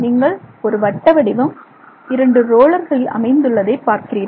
நீங்கள் ஒரு வட்ட வடிவம் இரண்டு ரோலர்களில் அமைந்துள்ளதை பார்க்கிறீர்கள்